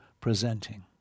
presenting